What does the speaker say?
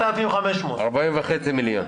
40.5 מיליון.